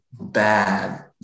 bad